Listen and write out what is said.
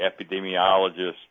epidemiologists